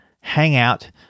Hangout